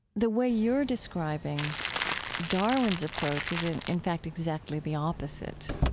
the way you're describing darwin's approach is, in in fact, exactly the opposite